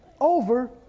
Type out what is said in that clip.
over